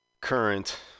current